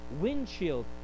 windshield